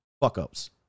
fuck-ups